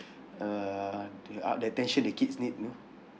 uh the uh the attention the kids need you know